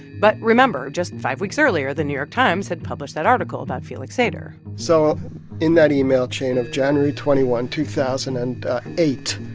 but remember just five weeks earlier, the new york times had published that article about felix sater so in that email chain of january twenty one, two thousand and eight,